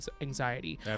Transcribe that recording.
anxiety